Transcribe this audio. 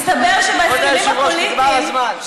וקנין, כבוד היושב-ראש, נגמר הזמן.